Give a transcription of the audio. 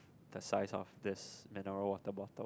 the size of this mineral water bottle